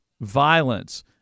violence